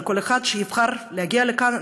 אבל כל אחד שיבחר להגיע לכאן,